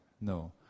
No